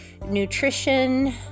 nutrition